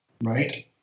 right